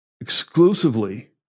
exclusively